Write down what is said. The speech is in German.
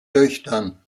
töchtern